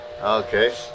Okay